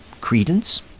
credence